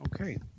Okay